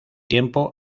tiempo